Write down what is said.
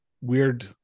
weird